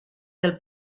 del